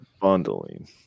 bundling